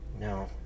No